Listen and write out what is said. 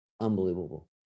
unbelievable